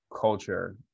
culture